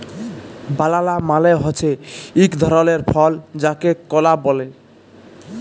বালালা মালে হছে ইক ধরলের ফল যাকে কলা ব্যলে